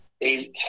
Eight